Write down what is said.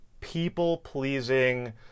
people-pleasing